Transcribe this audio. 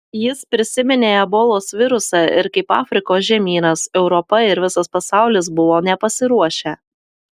jis prisiminė ebolos virusą ir kaip afrikos žemynas europa ir visas pasaulis buvo nepasiruošę